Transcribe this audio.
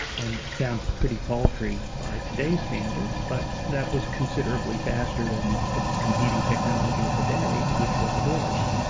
and it sounds pretty paltry by today's standards, but that was considerably faster than the competing technology of the day, which was a horse.